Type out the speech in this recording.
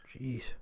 Jeez